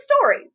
story